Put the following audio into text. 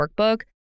workbook